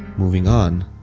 moving on,